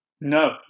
No